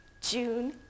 June